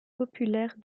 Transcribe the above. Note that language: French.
populaire